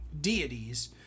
deities